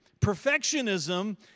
Perfectionism